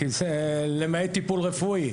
למעט טיפול רפואי,